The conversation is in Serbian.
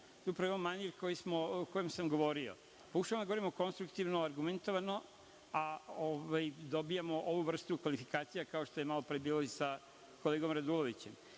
je ovo manir o kojem sam govorio. Pokušavam da govorim konstruktivno, argumentovano, a dobijamo ovu vrstu kvalifikacija, kao što je malopre bilo i sa kolegom Radulovićem. Prosto,